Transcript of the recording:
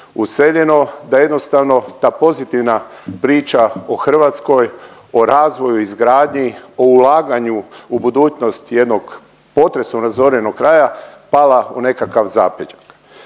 useljeno, da jednostavno ta pozitivna priča o Hrvatskoj, o razvoju, izgradnji, o ulaganju u budućnost jednog potresom razorenog kraja, pala u nekakav zapećak.